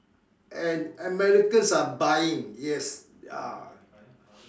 and Americans are buying yes ah